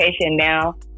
Now